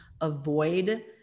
avoid